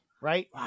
right